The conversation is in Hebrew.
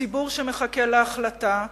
ציבור שמחכה להחלטה.